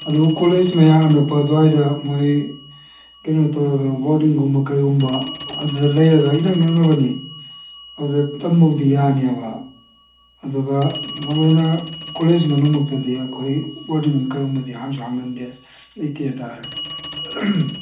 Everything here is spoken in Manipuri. ꯑꯗꯨ ꯀꯣꯂꯦꯖ ꯃꯌꯥ ꯑꯅꯛꯄ ꯑꯗꯨꯋꯥꯏꯗ ꯃꯣꯏ ꯀꯩꯅꯣ ꯇꯧꯔꯒ ꯕꯣꯔꯗꯤꯡꯒꯨꯝꯕ ꯀꯩꯒꯨꯝꯕ ꯑꯗꯨꯗ ꯂꯩꯔꯒ ꯏꯅꯛ ꯅꯛꯅꯕꯅꯤ ꯑꯗ ꯇꯝꯕꯕꯨꯗꯤ ꯌꯥꯅꯤꯑꯕ ꯑꯗꯨꯒ ꯃꯔꯨꯑꯣꯏꯅ ꯀꯣꯂꯦꯖ ꯃꯅꯨꯡꯃꯛꯇꯗꯤ ꯑꯩꯈꯣꯏ ꯕꯣꯔꯗꯤꯡ ꯀꯩꯒꯨꯝꯕꯗꯤ ꯍꯥꯡꯁꯨ ꯍꯥꯡꯅꯗꯦ ꯂꯩꯇꯦ ꯍꯥꯏ ꯇꯥꯔꯦ